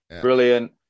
brilliant